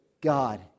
God